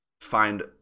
find